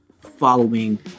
following